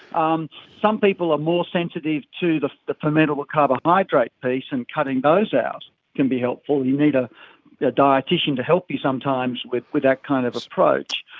um some people are more sensitive to the the fermentable carbohydrate piece and cutting those out can be helpful. you need a yeah dietician to help you sometimes with with that kind of approach.